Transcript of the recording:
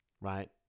right